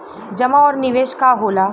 जमा और निवेश का होला?